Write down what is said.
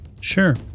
Sure